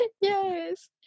Yes